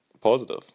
positive